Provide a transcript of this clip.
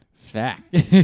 Fact